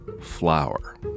flower